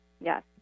Yes